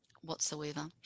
whatsoever